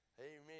Amen